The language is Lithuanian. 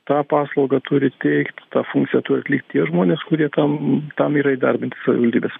tą paslaugą turi teikt tą funkciją turi atlikt tie žmonės kurie tam tam yra įdarbinti savivaldybės